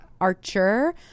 archer